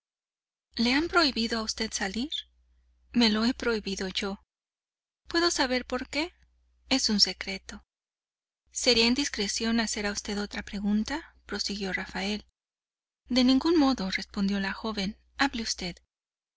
le han prohibido a usted salir me lo he prohibido yo puedo saber por qué es un secreto sería indiscreción hacer a usted otra pregunta prosiguió rafael de ningún modo respondió la joven hable usted